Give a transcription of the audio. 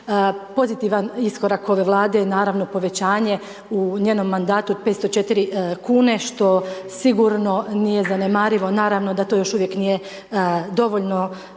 Pozitivan iskorak ove Vlade je naravno povećanje u njenom mandatu od 504 kune što sigurno nije zanemarivo, naravno da to još uvijek nije dovoljno